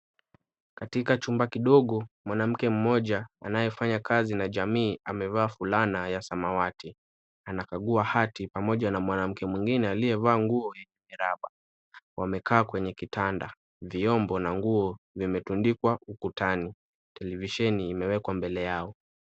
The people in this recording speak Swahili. Katika chumba kidogo, mwanamke mmoja anayefanya kazi na jamii amevaa fulana ya samawati. Anakagua hati pamoja na mwanamke mwingine aliyevaa nguo yenye miraba. Wamekaa kwenye kitanda. Vyombo na nguo vimetundikwa ukutani. Televisheni imewekwa mbele yao.